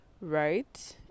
right